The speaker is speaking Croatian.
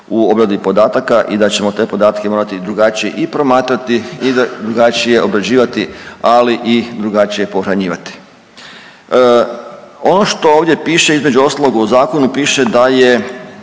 u obradi podataka i da ćemo te podatke morati drugačije i promatrati i drugačije obrađivati, ali i drugačije pohranjivati. Ono što ovdje piše, između ostalog, u zakonu piše da je